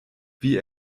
wie